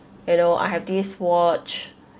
you know I have this watch